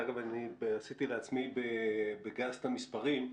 אגב, עשיתי לעצמי בגס את המספרים,